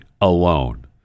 alone